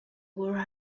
were